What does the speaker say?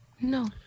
No